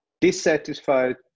dissatisfied